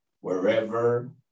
wherever